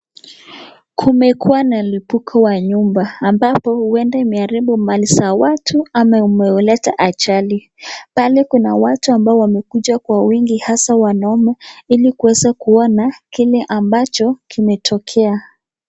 Kumekuwa na lipuko wa nyumba ambapo huenda imeharibu mali za watu ama umeleta ajali. Pale kuna watu ambao wamekuja kwa wingi hasa wanaume ili kuweza kuona kile ambacho kimetokea.